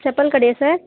செப்பல் கடையா சார்